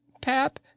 Pap